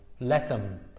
Lethem